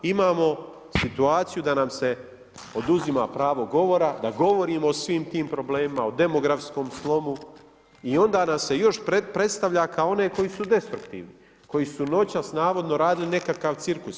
Imamo situaciju da nam se oduzima pravo govora da govorimo o svim tim problemima o demografskom slomu i onda nas se još predstavlja kao one koji su destruktivni, koji su noćas navodno radili nekakav cirkus.